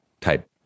type